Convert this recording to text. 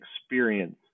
experience